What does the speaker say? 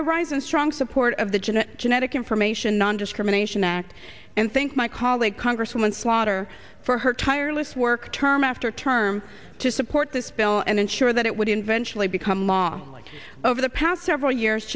i rise in strong support of the genetic genetic information nondiscrimination act and think my colleague congresswoman slaughter for her tireless work term after term to support this bill and ensure that it would invention will become law over the past several years